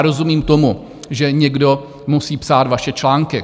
Rozumím tomu, že někdo musí psát vaše články.